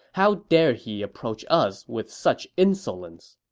how dare he approach us with such insolence?